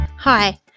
Hi